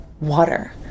water